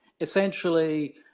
Essentially